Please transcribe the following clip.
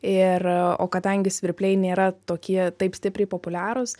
ir o kadangi svirpliai nėra tokie taip stipriai populiarūs